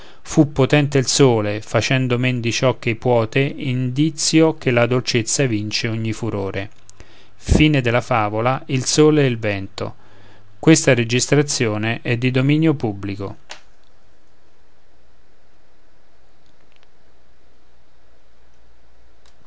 fu potente il sole facendo men di ciò ch'ei puote indizio che la dolcezza vince ogni furore e